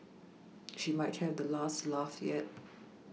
she might have the last laugh yet